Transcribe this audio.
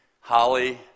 holly